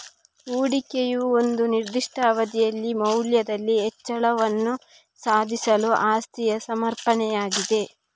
ಹೂಡಿಕೆಯು ಒಂದು ನಿರ್ದಿಷ್ಟ ಅವಧಿಯಲ್ಲಿ ಮೌಲ್ಯದಲ್ಲಿ ಹೆಚ್ಚಳವನ್ನು ಸಾಧಿಸಲು ಆಸ್ತಿಯ ಸಮರ್ಪಣೆಯಾಗಿದೆ